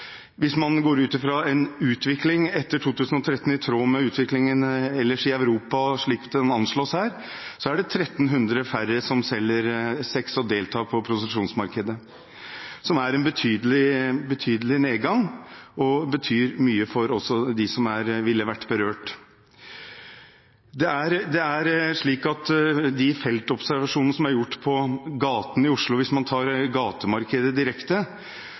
Hvis man går ut fra en utvikling etter 2013 i tråd med utviklingen ellers i Europa slik den anslås her, er det 1 300 færre som selger sex og deltar på prostitusjonsmarkedet, noe som er en betydelig nedgang, og som betyr mye for dem som ville vært berørt. Hvis man tar gatemarkedet direkte, gikk feltobservasjonene som er gjort på gaten i Oslo